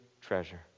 treasure